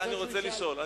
אתה רוצה שהוא ישאל?